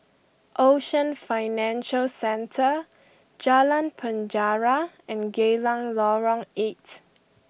Ocean Financial Centre Jalan Penjara and Geylang Lorong eight